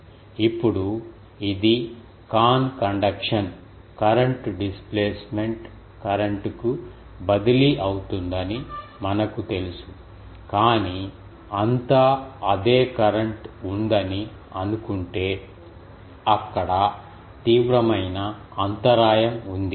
ఇప్పుడు ఇది con conduction current displacement కరెంట్కు బదిలీ అవుతుందని మనకు తెలుసు కాని అంతా అదే కరెంట్ ఉందని అనుకుంటే అక్కడ తీవ్రమైన అంతరాయం ఉంది